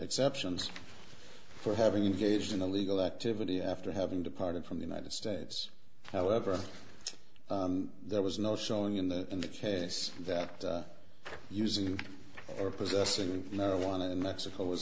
exceptions for having engaged in illegal activity after having departed from the united states however there was no showing in the case that using or possessing marijuana in mexico was